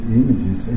images